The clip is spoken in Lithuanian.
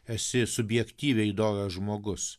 esi subjektyviai doras žmogus